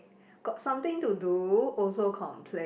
got something to do also complain